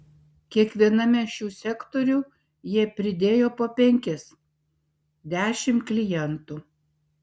kiekviename šių sektorių jie pridėjo po penkis dešimt klientų